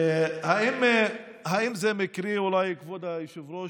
האם זה מקרי, אולי, כבוד היושב-ראש,